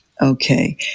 okay